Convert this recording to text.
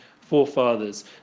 forefathers